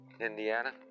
Indiana